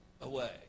away